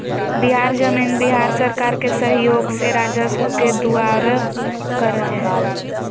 बिहार जमीन बिहार सरकार के सहइोग से राजस्व के दुऔरा करल जा हइ